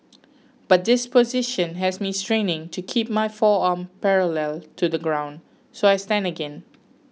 but this position has me straining to keep my forearm parallel to the ground so I stand again